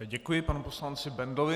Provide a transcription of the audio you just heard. Děkuji panu poslanci Bendlovi.